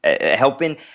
helping